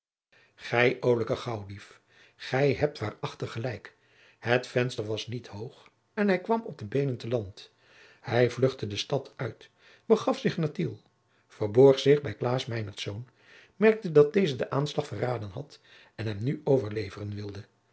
olijke gaauwdief gij hebt waarachtig gelijk het venster was niet hoog en hij kwam op de beenen te land hij vluchtte de stad uit begaf zich naar tiel verborg zich bij klaas meinertz merkte dat deze den aanslag verraden had en hem nu overleveren wilde